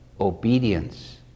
obedience